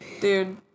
dude